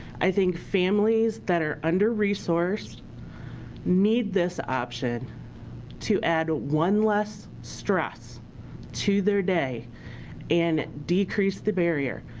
i think families that are under-resourced need this option to add one less stress to their day and decrease the barrier.